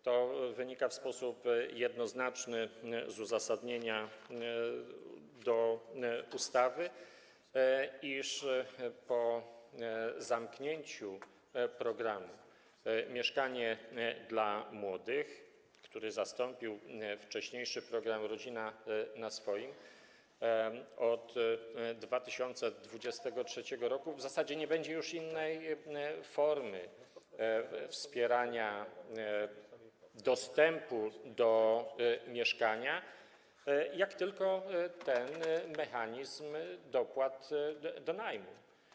To wynika w sposób jednoznaczny z uzasadnienia ustawy, iż po zamknięciu programu „Mieszkanie dla młodych”, który zastąpił wcześniejszy program „Rodzina na swoim”, od 2023 r. w zasadzie nie będzie już innej formy wspierania dostępu do mieszkania jak tylko ten mechanizm dopłat do najmu.